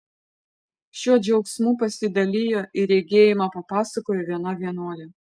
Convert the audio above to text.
šiuo džiaugsmu pasidalijo ir regėjimą papasakojo viena vienuolė